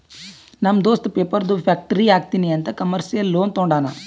ನಮ್ ದೋಸ್ತ ಪೇಪರ್ದು ಫ್ಯಾಕ್ಟರಿ ಹಾಕ್ತೀನಿ ಅಂತ್ ಕಮರ್ಶಿಯಲ್ ಲೋನ್ ತೊಂಡಾನ